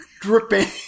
dripping